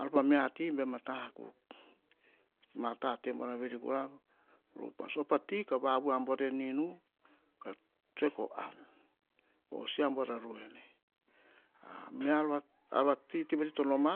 ar pa mia ti bam a ta akuk. Ma tate buarr veri kora voro upas. Op a mia ti, vaviu a buar en inu. Tsoe ko an, ge se a baur pa ruene. Mia ar vati, tivati to noma,